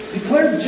Declare